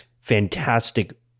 fantastic